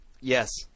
Yes